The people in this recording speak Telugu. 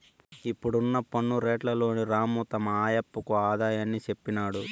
ఇప్పుడున్న పన్ను రేట్లలోని రాము తమ ఆయప్పకు ఆదాయాన్ని చెప్పినాడు